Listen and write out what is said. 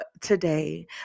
today